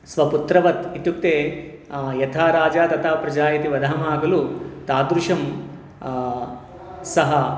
स्वपुत्रवत् इत्युक्ते यथा राजा तथा प्रजा इति वदामः खलु तादृशं सः